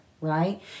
right